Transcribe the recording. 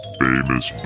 famous